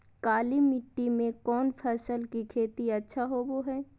काली मिट्टी में कौन फसल के खेती अच्छा होबो है?